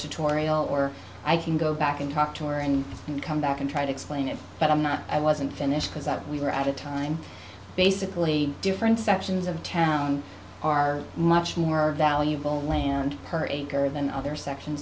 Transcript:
tauriel or i can go back and talk to her and come back and try to explain it but i'm not i wasn't finished because i we were at a time basically different sections of town are much more valuable land per acre than other sections